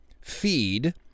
feed